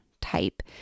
type